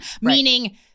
Meaning